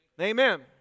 Amen